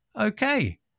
okay